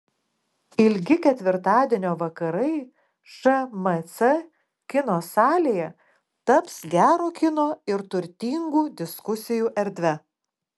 ilgi ketvirtadienio vakarai šmc kino salėje taps gero kino ir turtingų diskusijų erdve